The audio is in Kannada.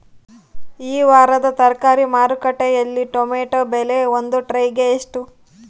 ಈ ವಾರದ ತರಕಾರಿ ಮಾರುಕಟ್ಟೆಯಲ್ಲಿ ಟೊಮೆಟೊ ಬೆಲೆ ಒಂದು ಟ್ರೈ ಗೆ ಎಷ್ಟು?